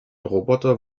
roboter